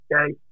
Okay